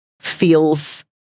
feels